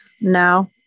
No